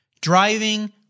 driving